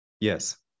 Yes